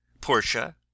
portia